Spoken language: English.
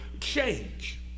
change